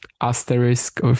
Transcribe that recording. asterisk